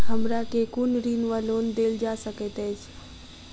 हमरा केँ कुन ऋण वा लोन देल जा सकैत अछि?